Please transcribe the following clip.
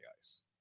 ice